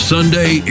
Sunday